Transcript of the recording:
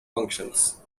functions